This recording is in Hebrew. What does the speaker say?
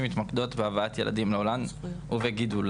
מתמקדות בהבאת ילדים לעולם ובגידולם.